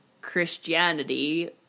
Christianity